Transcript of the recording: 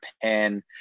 Japan